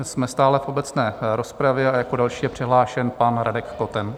Jsme stále v obecné rozpravě a jako další je přihlášen pan Radek Koten.